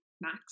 max